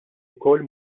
wkoll